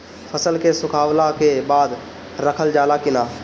फसल के सुखावला के बाद रखल जाला कि न?